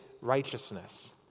righteousness